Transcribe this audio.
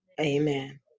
Amen